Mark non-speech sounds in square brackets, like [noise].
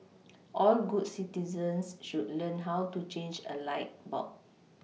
all good citizens should learn how to change a light bulb [noise]